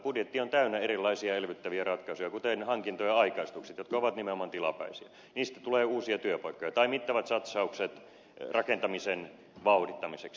budjetti on täynnä erilaisia elvyttäviä ratkaisuja kuten hankintojen aikaistukset jotka ovat nimenomaan tilapäisiä ja joista tulee uusia työpaikkoja tai mittavat satsaukset rakentamisen vauhdittamiseksi